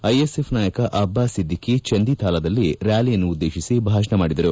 ISF ನಾಯಕ ಅಬ್ಲಾಸ್ ಸಿದ್ದಿಕಿ ಚಂದಿತಾಲಾದಲ್ಲಿ ರ್ಡಾಲಿಯನ್ನು ಉದ್ದೇಶಿಸಿ ಭಾಷಣ ಮಾಡಿದರು